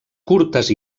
curtes